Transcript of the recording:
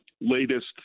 latest